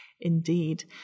Indeed